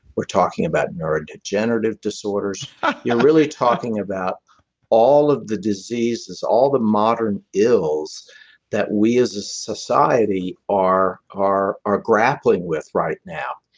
we're talking about neurodegenerative disorders you're really talking about all of the diseases, all the modern ills that we as a society are are grappling with right now.